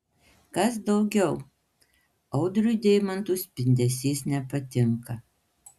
kas daugiau audriui deimantų spindesys nepatinka